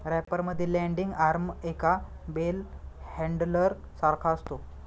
wrapper मध्ये landing arm एका bell handler सारखा असतो